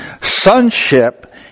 Sonship